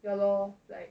ya lor like